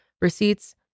receipts